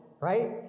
right